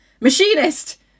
machinist